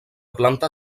planta